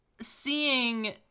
seeing